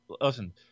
listen